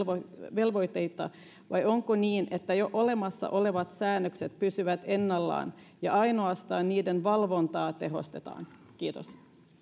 velvoitteita vai onko niin että jo olemassa olevat säännökset pysyvät ennallaan ja ainoastaan niiden valvontaa tehostetaan kiitos